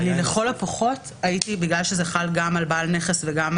כרגע זה חל גם על